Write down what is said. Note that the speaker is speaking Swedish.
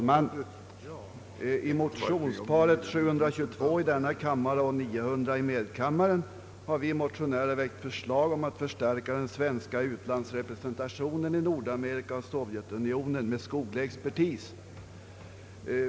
Herr talman! I motionsparet I: 722 och II: 900 har vi motionärer väckt förslag om att förstärka den svenska utlandsrepresentationen i Nordamerika och Sovjetunionen med skoglig expertis.